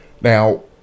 Now